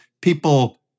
people